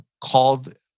called